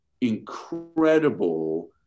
incredible